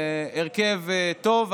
להרכב טוב,